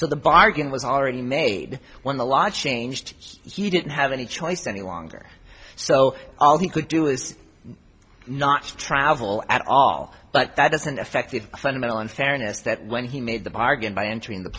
so the bargain was already made when the law changed he didn't have any choice any longer so all he could do is not travel at all but that doesn't affect the fundamental unfairness that when he made the bargain by entering the